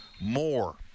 more